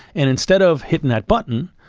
and instead of hitting that button,